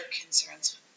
concerns